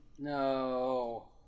No